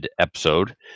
episode